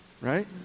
Right